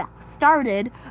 started